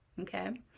Okay